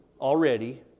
already